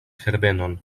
herbenon